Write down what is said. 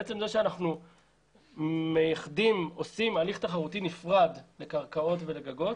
בעצם זה שאנחנו עושים הליך תחרותי נפרד לקרקעות ולגגות